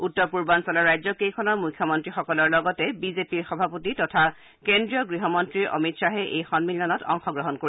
উত্তৰপূৰ্বাঞ্চলৰ ৰাজ্যকেইখনৰ মুখ্যমন্ত্ৰীসকলৰ লগতে বিজেপিৰ সভাপতি তথা কেন্দ্ৰীয় গৃহমন্ত্ৰী অমিত শ্বাহে এই সন্মিলনত অংশগ্ৰহণ কৰিব